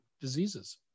diseases